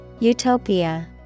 Utopia